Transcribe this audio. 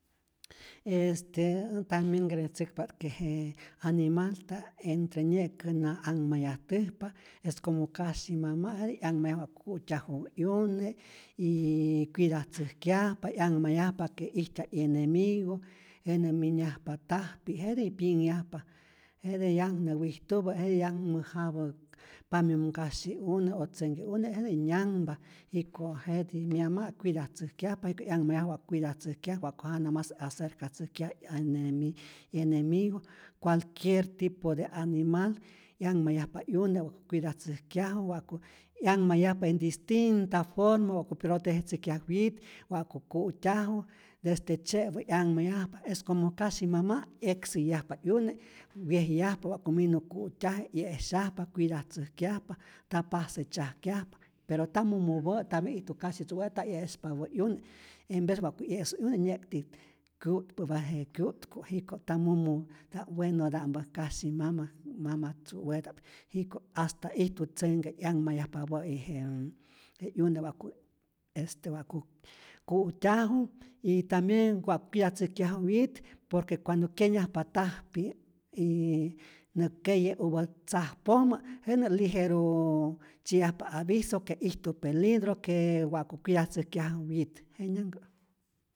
Este äj tambien creetzäkpa't que je animalta'p entre nye'kä na anhmayajtäjpa, es como kasyi mama' jetij 'yanhmayaj wa' ku'tyaju 'yune yy cuidatzäjkyajpa, 'yanhmayajpa que ijtyaj 'yenemigo, jenä minyajpa tajpi, jetij pyinhyajpa, jete 'yanh nä wijtupä, jete yanh mäjapä pamyomkasyi'une' o tzenke'une jete nyanhpa, jiko' jetij myama' cuidatzäjkyajpa jikä 'yanhmayaj wa cuidatzäjkyaj, wa'ku jana mas acercatzäjkyaj ay en 'yenemigo, cualquier tipo de animal 'yanhmayajpa 'yune wa cuidatzäjkyaju, wa'ku 'yanhmayajpa en distinta forma wa'ku protejetzäjkyaj wyit, wa'ku ku'tyaju desde tzye'pä 'yanmayajpa, es como kasyi mama' 'yeksäyajpa 'yune, wyejyajpa wa'ku minu ku'tyaje', 'ye'syajpa, cuidatzäjkyajpa, ta pase tzyäjkyajpa, pero nta mumupä' tambien ijtu kasyi tzu'we' nta 'yespapa' 'yune, en vez wa'ku 'ye'su 'yune nye'kti kyu'tpäpä je kyu'tku, jiko' nta mumu nta'p wenota'mpä kasyi mama' mamatzu'weta'p, jiko' hasta ijtu tzenhke 'yanhmayajpapä'i je je 'yune, wa'ku este wa'ku ku'tyaju y tambien wa' cuidatzäjkyaju wyit, por que cuando kyenyajpa tajpi yy nä keye'upä tzajpojmä jenä' ligeru tzyi'yajpa aviso que ijtu peligro que wa'ku cuidatzäjkyaju wyit, jenyanhkä.